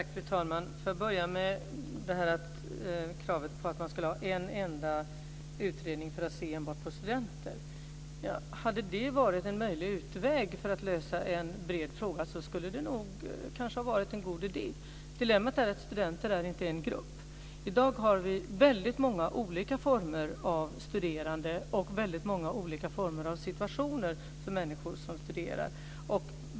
Fru talman! Först var det kravet om en utredning för att se på enbart studenter. Hade det varit en möjlig utväg för att lösa en bred fråga skulle det nog ha varit en god idé. Dilemmat är att studenter inte är en grupp. I dag finns det många olika former av studerande och väldigt många olika former av situationer för människor som studerar.